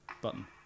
button